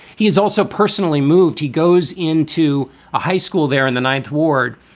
he is also personally moved. he goes into a high school there in the ninth ward.